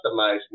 customize